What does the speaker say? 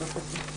היא זומנה לדיון?